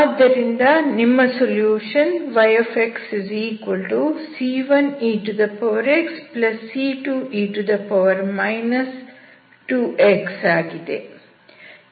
ಆದ್ದರಿಂದ ನಿಮ್ಮ solution yxc1exc2e 2x ಆಗಿದೆ